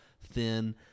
thin